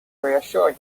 reassure